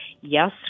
yes